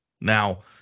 Now